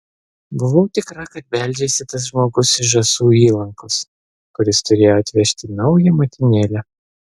buvau tikra kad beldžiasi tas žmogus iš žąsų įlankos kuris turėjo atvežti naują motinėlę